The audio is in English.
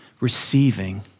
receiving